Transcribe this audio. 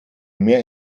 mehr